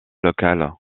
locales